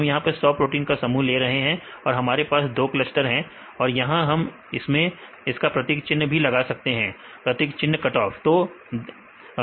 हम यहां 100 प्रोटीन का समूह ले रहे हैं अगर हमारे पास दो क्लस्टर हैं और यहां आप इसमें इसका प्रतीक चिन्ह भी लगा सकते हैं समय देखें 3916 प्रतीक चिन्ह कट ऑफ